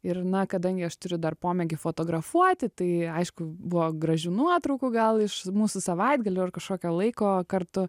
ir na kadangi aš turiu dar pomėgį fotografuoti tai aišku buvo gražių nuotraukų gal iš mūsų savaitgalių ar kažkokio laiko kartu